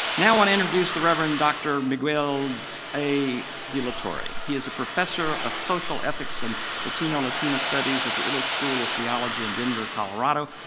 now i want to introduce the reverend dr. miguel a. delatorre. he is a professor of social ethics and latino latina studies at the iliff school of theology in denver, colorado,